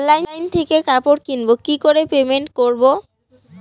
Online থেকে কাপড় কিনবো কি করে পেমেন্ট করবো?